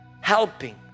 helping